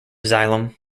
xylem